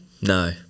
No